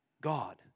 God